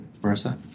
Marissa